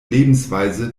lebensweise